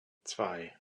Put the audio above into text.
zwei